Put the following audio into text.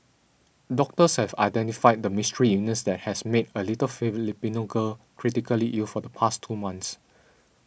doctors have identified the mystery illness that has made a little Filipino girl critically ill for the past two months